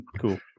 Cool